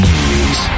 News